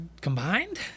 Combined